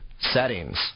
settings